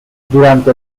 durante